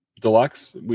deluxe